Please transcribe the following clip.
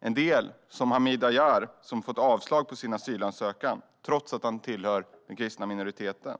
En del har fått avslag på sin asylansökan, till exempel Hamid Aryan - trots att han tillhör den kristna minoriteten.